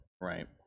Right